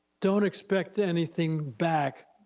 don't expect anything back,